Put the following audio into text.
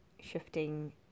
shifting